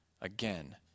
again